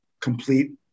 complete